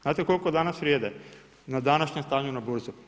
Znate koliko danas vrijede na današnjem stanju na burzi?